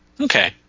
Okay